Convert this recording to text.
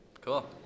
Cool